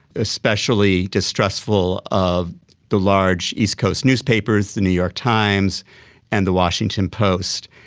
especially distrustful of the large east coast newspapers, the new york times and the washington post,